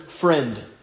friend